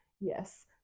yes